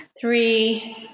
three